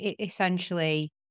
essentially